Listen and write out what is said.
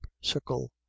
sickle